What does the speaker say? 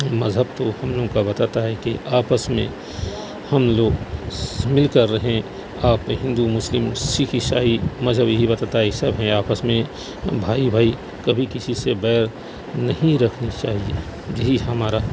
مذہب تو ہم لوگوں کا بتاتا ہے کہ آپس میں ہم لوگ مل کر رہیں آپ ہندو مسلم سکھ عیسائی مذہب یہی بتاتا ہے سب ہیں آپس میں بھائی بھائی کبھی کسی سے بیر نہیں رکھنی چاہیے یہی ہمارا